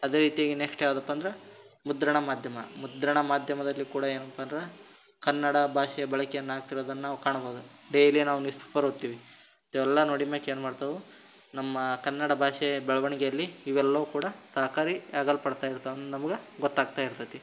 ಅದೇ ರೀತಿಯಾಗಿ ನೆಕ್ಸ್ಟ್ ಯಾವುದಪ್ಪ ಅಂದ್ರೆ ಮುದ್ರಣ ಮಾಧ್ಯಮ ಮುದ್ರಣ ಮಾಧ್ಯಮದಲ್ಲಿ ಕೂಡ ಏನಪ್ಪ ಅಂದ್ರೆ ಕನ್ನಡ ಭಾಷೆಯ ಬಳಕೆಯನ್ನು ಆಗ್ತಿರೋದನ್ನು ನಾವು ಕಾಣ್ಬೋದು ಡೈಲಿ ನಾವು ನ್ಯೂಸ್ ಪೇಪರ್ ಓದ್ತೀವಿ ಇವೆಲ್ಲಾ ನೋಡಿದ ಮೇಲೆ ಏನು ಮಾಡ್ತಾವೆ ನಮ್ಮ ಕನ್ನಡ ಭಾಷೆಯ ಬೆಳವಣಿಗೆಯಲ್ಲಿ ಇವೆಲ್ಲವೂ ಕೂಡ ಸಹಕಾರಿ ಆಗಲು ಪಡ್ತಯಿರ್ತಾವೆ ನಮ್ಗೆ ಗೊತ್ತಾಗ್ತಾ ಇರ್ತದೆ